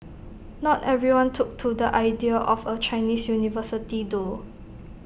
not everyone took to the idea of A Chinese university though